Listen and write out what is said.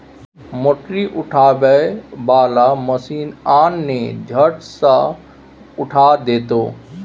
मोटरी उठबै बला मशीन आन ने झट सँ उठा देतौ